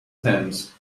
cents